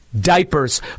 diapers